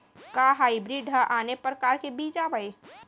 का हाइब्रिड हा आने परकार के बीज आवय?